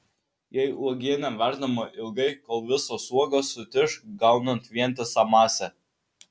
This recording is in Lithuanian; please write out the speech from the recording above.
jei uogienė verdama ilgai kol visos uogos sutiš gaunant vientisą masę